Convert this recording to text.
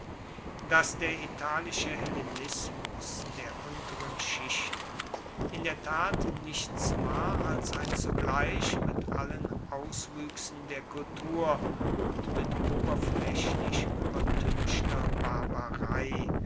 daß der italische hellenismus der unteren schichten in der tat nichts war als ein zugleich mit allen auswüchsen der kultur und mit oberflächlich übertünchter barbarei